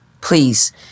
please